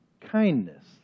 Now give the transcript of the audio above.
Kindness